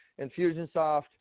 Infusionsoft